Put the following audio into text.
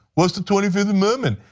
what is the twenty fifth amendment?